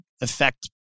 affect